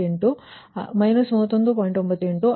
98 60